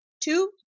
two